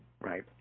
right